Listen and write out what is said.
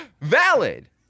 valid